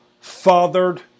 fathered